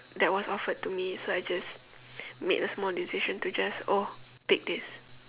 that was offered to me so I just made a small decision to just oh pick this